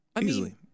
Easily